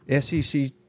SEC